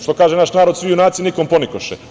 Što kaže naš narod – svi junaci, nikom ponikoše.